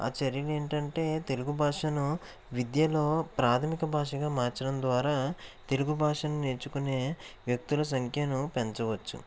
ఆ చర్యలు ఏమిటంటే తెలుగు భాషను విద్యలో ప్రాథమిక భాషగా మార్చడం ద్వారా తెలుగు భాష నేను నేర్చుకునే వ్యక్తుల సంఖ్యను పెంచవచ్చు